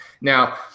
Now